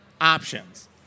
options